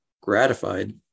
gratified